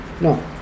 no